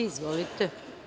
Izvolite.